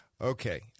okay